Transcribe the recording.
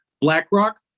BlackRock